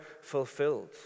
fulfilled